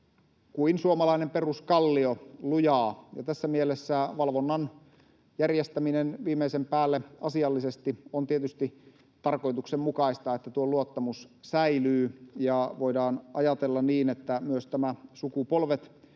kuin suomalainen peruskallio: lujaa. Tässä mielessä valvonnan järjestäminen viimeisen päälle asiallisesti on tietysti tarkoituksenmukaista, jotta tuo luottamus säilyy ja voidaan ajatella niin, että myös tämä sukupolvet